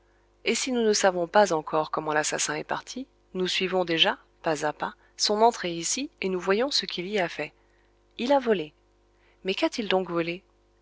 et si nous ne savons pas encore comment l'assassin est parti nous suivons déjà pas à pas son entrée ici et nous voyons ce qu'il y a fait il a volé mais qu'a-t-il donc volé